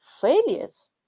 failures